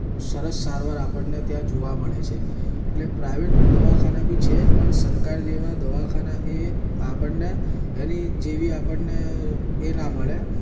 સરસ સારવાર આપણને ત્યાં જોવા મળે છે એટલે પ્રાઈવેટ દવાખાના બી છે પણ સરકાર જેવાં દવાખાનાં એ આપણને એની જેવી આપણને એ ના મળે